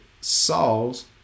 Saul's